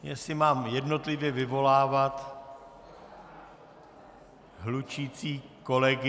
Jestli mám jednotlivě vyvolávat hlučící kolegy...